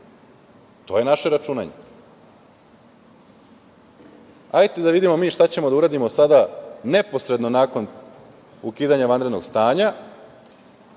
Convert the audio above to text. To je naše računanje. Hajde da vidimo mi šta ćemo da uradimo sada neposredno nakon ukidanja vanrednog stanja,